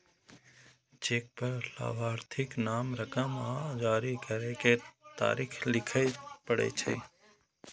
cheque पर लाभार्थीक नाम, रकम आ जारी करै के तारीख लिखय पड़ै छै